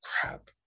Crap